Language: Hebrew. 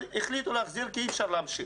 אבל החליטו להחזיר כי אי אפשר להמשיך.